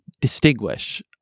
distinguish